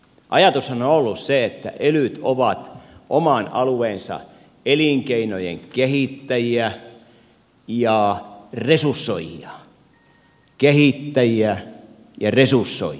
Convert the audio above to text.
ajatushan on ollut se että elyt ovat oman alueensa elinkeinojen kehittäjiä ja resursoijia kehittäjiä ja resursoijia